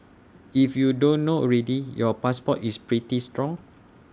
if you don't know already your passport is pretty strong